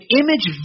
image